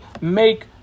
make